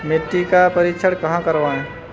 मिट्टी का परीक्षण कहाँ करवाएँ?